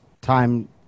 time